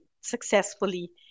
successfully